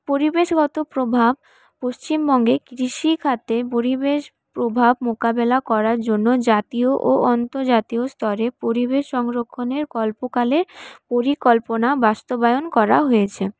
পরিবেশগত প্রভাব পশ্চিমবঙ্গে কৃষিখাতে পরিবেশ প্রভাব মোকাবেলা করার জন্য জাতীয় ও অন্তর্জাতীয় স্তরে পরিবেশ সংরক্ষণের কল্পকালে পরিকল্পনা বাস্তবায়ন করা হয়েছে